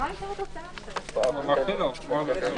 הישיבה ננעלה בשעה 16:50.